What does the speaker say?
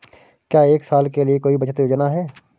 क्या एक साल के लिए कोई बचत योजना है?